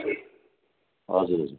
हजुर हजुर